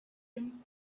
him